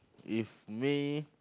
if may